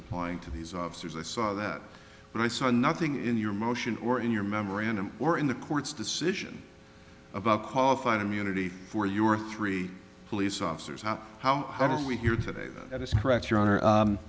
applying to these officers i saw that and i saw nothing in your motion or in your memorandum or in the court's decision about qualified immunity for you or three police officers how how how did we hear today that it's